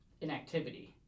inactivity